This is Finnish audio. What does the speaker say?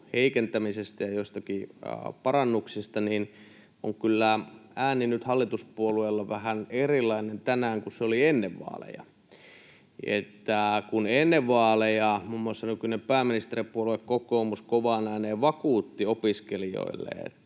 heikentämisestä ja joistakin parannuksista, niin on kyllä ääni hallituspuolueilla tänään vähän erilainen kuin se oli ennen vaaleja. Ennen vaaleja muun muassa nykyinen pääministeripuolue kokoomus kovaan ääneen vakuutti opiskelijoille,